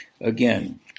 Again